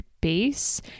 base